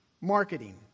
marketing